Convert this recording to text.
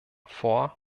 vor